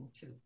two